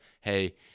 hey